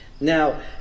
Now